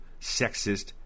sexist